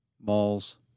malls